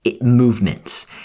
movements